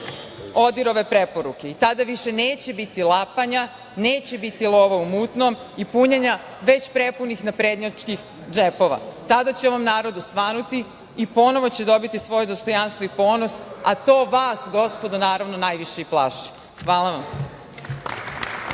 ODIHR preporuke i tada više neće biti lapanja, neće biti lova u mutnom i punjenja već prepunih naprednjačkih džepova. Tada će ovom narodu svanuti i ponovo će dobiti svoje dostojanstvo i ponos, a to vas, gospodo, naravno najviše i plaši. Hvala vam.